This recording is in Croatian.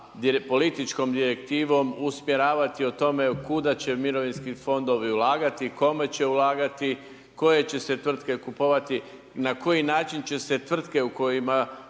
političkom direktivom usmjeravati o tome kuda će mirovinski fondovi ulagati, kome će ulagati, koje će se tvrtke kupovati na koji način će se tvrtke u kojima fondovi